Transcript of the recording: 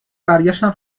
برگشتن